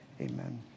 Amen